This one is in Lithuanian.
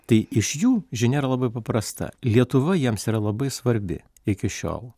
tai iš jų žinia yra labai paprasta lietuva jiems yra labai svarbi iki šiol